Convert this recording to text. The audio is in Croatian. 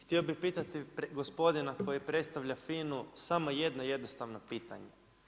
Htio bih pitati gospodina koji predstavlja FINA-u samo jedna jednostavna pitanja.